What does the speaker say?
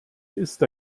ist